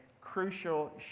crucial